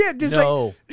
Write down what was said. No